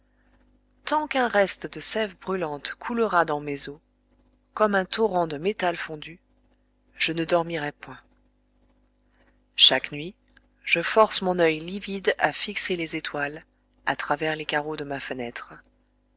tant qu'un reste de sève brûlante coulera dans mes os comme un torrent de métal fondu je ne dormirai point chaque nuit je force mon oeil livide à fixer les étoiles à travers les carreaux de ma fenêtre